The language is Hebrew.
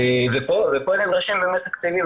פה באמת נדרשים תקציבים,